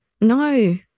no